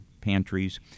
pantries